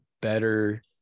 better